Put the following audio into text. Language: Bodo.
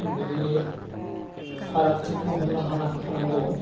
बेनि फारागथिखौ हमनो हानांगौ